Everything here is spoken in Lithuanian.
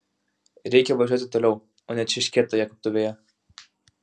reikia važiuoti toliau o ne čirškėt toje keptuvėje